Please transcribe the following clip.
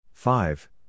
Five